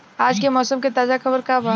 आज के मौसम के ताजा खबर का बा?